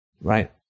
right